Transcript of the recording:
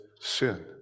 sin